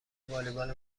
والیبال